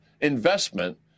INVESTMENT